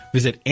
Visit